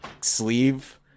sleeve